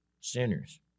sinners